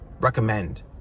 recommend